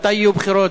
מתי יהיו בחירות,